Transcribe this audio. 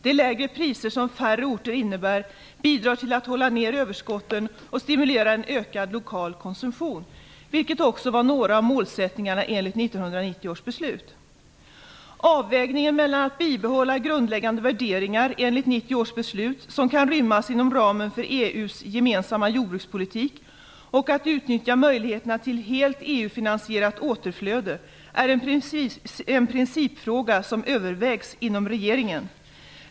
De lägre priser som färre orter innebär bidrar till att hålla ned överskotten och stimulerar ökad lokal konsumtion, vilket också var några av målsättningarna enligt 1990 års beslut. Avvägningen mellan att bibehålla grundläggande värderingar enligt 1990 års beslut som kan rymmas inom ramen för EU:s gemensamma jordbrukspolitik och att utnyttja möjligheten till helt EU-finansierat återflöde är en principfråga som övervägs inom regeringen.